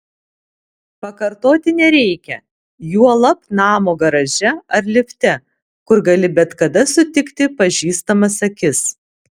pakartoti nereikia juolab namo garaže ar lifte kur gali bet kada sutikti pažįstamas akis